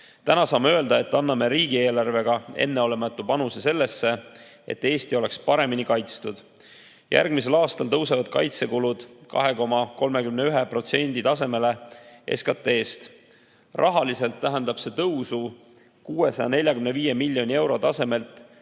Nüüd saame öelda, et me anname riigieelarvega enneolematu panuse sellesse, et Eesti oleks paremini kaitstud. Järgmisel aastal tõusevad kaitsekulud 2,31% tasemele SKT-st. Rahaliselt tähendab see tõusu 645 miljonilt eurolt